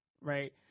right